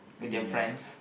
with your friends